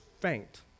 faint